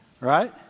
Right